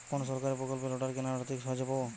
কোন সরকারী প্রকল্পে রোটার কেনার আর্থিক সাহায্য পাব?